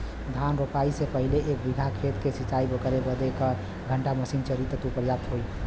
धान रोपाई से पहिले एक बिघा खेत के सिंचाई करे बदे क घंटा मशीन चली तू पर्याप्त होई?